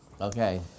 Okay